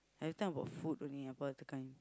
everytime about food only Appa will tekan him